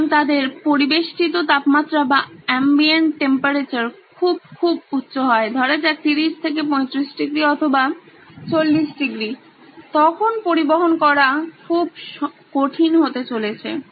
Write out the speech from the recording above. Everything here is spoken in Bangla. সুতরাং তাদের পরিবেষ্টিত তাপমাত্রা খুব খুব উচ্চ হয় ধরা যাক 30 থেকে 35 ডিগ্রী অথবা 40 ডিগ্রী তখন পরিবহন করা খুব কঠিন হতে চলেছে